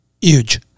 Huge